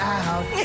out